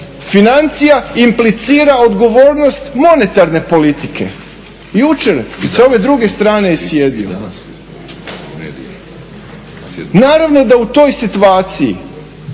financija implicira odgovornost monetarne politike. Jučer sa ove druge strane je sjedio. Naravno da u toj situaciji